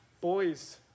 Boys